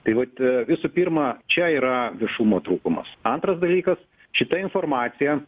tai vat visų pirma čia yra viešumo trūkumas antras dalykas šita informacija